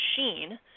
machine